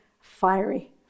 fiery